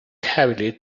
heavily